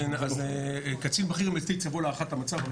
אז קצין בכיר יבוא להערכת המצב.